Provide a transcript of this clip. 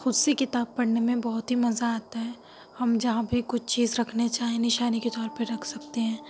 خود سے کتاب پڑھنے میں بہت ہی مزہ آتا ہے ہم جہاں بھی کچھ چیز رکھنی چاہیں نشانی کے طور پر رکھ سکتے ہیں